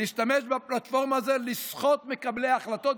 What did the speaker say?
להשתמש בפלטפורמה הזו לסחוט מקבלי החלטות,